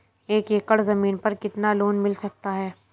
एक एकड़ जमीन पर कितना लोन मिल सकता है?